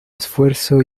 esfuerzo